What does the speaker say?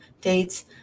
dates